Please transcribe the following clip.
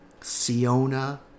Siona